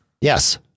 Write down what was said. yes